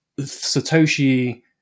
Satoshi